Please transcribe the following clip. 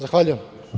Zahvaljujem.